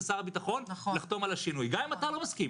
לשר הביטחון לחתום על השינוי גם אם אתה לא מסכים.